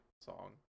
song